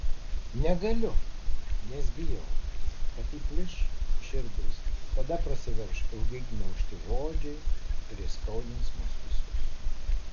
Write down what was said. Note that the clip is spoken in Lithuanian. negaliu nes bijau kad įplyš širdis tada prasiverš ilgai gniaužti žodžiai ir įskaudins mus visus